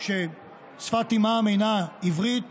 ששפת אימם אינה עברית